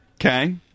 okay